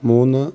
മൂന്ന്